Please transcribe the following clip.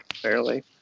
fairly